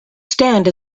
stand